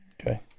Okay